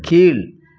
கீழ்